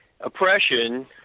oppression